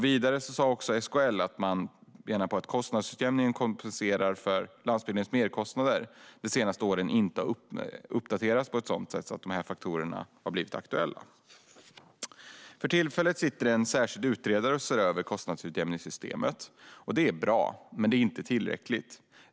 Vidare har SKL sagt att de delar av kostnadsutjämningen som kompenserar för landsbygdernas merkostnader de senaste åren inte har uppdaterats på ett sådant sätt att de här faktorerna har blivit aktuella. För tillfället ser en särskild utredare över kostnadsutjämningssystemet. Det är bra, men det är inte tillräckligt.